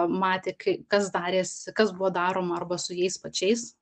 matė kas darėsi kas buvo daroma arba su jais pačiais